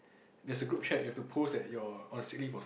that's a group chat you have to post that you're on sick leave or some~